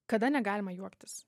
kada negalima juoktis